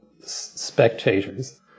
spectators